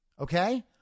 Okay